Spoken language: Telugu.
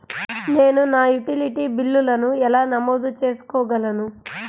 నేను నా యుటిలిటీ బిల్లులను ఎలా నమోదు చేసుకోగలను?